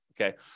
Okay